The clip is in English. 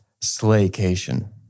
Slaycation